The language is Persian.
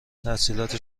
تحصیلات